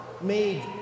made